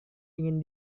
ingin